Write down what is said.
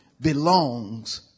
belongs